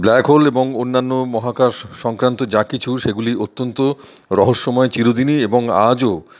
black hole এবং অন্যান্য মহাকাশ সংক্রান্ত যা কিছু সেগুলি অত্যন্ত রহস্যময় চিরদিনই এবং আজও